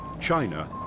China